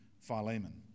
Philemon